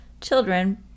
children